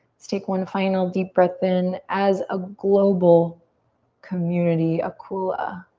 let's take one final deep breath in as a global community, a kula.